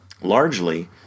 Largely